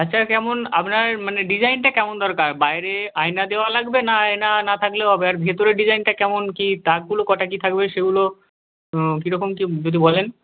আচ্ছা কেমন আপনার মানে ডিজাইনটা কেমন দরকার বাইরে আয়না দেওয়া লাগবে না আয়না না থাকলেও হবে আর ভেতরের ডিজাইনটা কেমন কী তাকগুলো কটা কী থাকবে সেগুলো কী রকম কী যদি বলেন